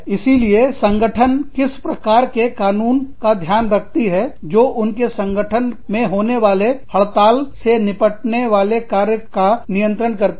इसीलिए संगठने किस प्रकार के कानूनों का ध्यान रखती है जो उनके संगठन में होने वाले हड़ताल से निपटने वाले कार्यों का नियंत्रण करती है